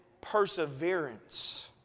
perseverance